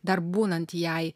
dar būnant jai